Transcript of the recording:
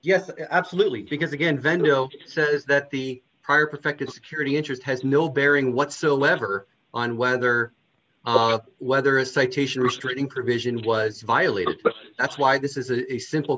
yes absolutely because again vent will says that the prior protective security interest has no bearing whatsoever on whether whether a citation restraining provision was violated but that's why this is a simple